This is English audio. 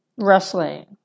wrestling